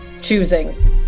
choosing